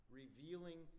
revealing